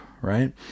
right